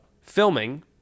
filming